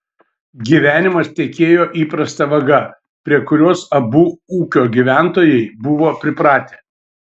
gyvenimas tekėjo įprasta vaga prie kurios abu ūkio gyventojai buvo pripratę